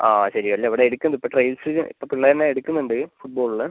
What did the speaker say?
ആ ശരി അല്ല ഇവിടെ എടുക്കുന്ന് ഇപ്പോൾ ട്രയൽസ് ഇപ്പോൾ പിള്ളേരെ ഞാൻ എടുക്കുന്നുണ്ട് ഫുട്ബോളിൽ